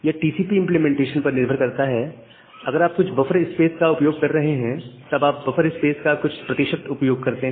यह TCP implementation पर निर्भर करता है अगर आप कुछ बफर स्पेस का उपयोग कर रहे हैं तब आप बफर स्पेस का कुछ प्रतिशत उपयोग करते हैं